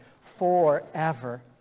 forever